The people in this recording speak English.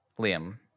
liam